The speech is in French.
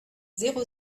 zéro